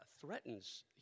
threatens